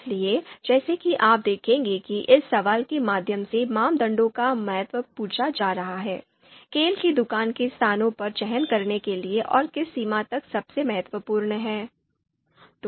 इसलिए जैसा कि आप देखेंगे कि इस सवाल के माध्यम से मानदंडों का महत्व पूछा जा रहा है खेल की दुकान के स्थान का चयन करने के लिए और किस सीमा तक सबसे महत्वपूर्ण है